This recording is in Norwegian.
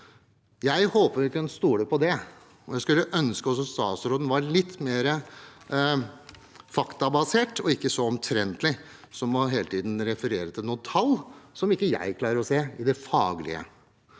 Jeg håper vi kan stole på det. Jeg skulle ønske også statsråden var litt mer faktabasert og ikke så omtrentlig, som når han hele tiden refererer til noen tall som ikke jeg klarer å se i det faglige.